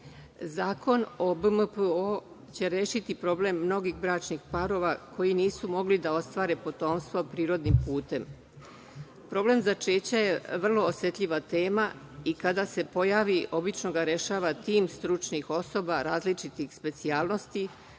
Zakon o BMPO će rešiti problem mnogih bračnih parova koji nisu mogli da ostvare potomstvo prirodnim putem. Problem začeća je vrlo osetljiva tema i kada se pojavi, obično ga rešava tim stručnih osoba različitih specijalnosti,